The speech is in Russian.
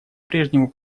прежнему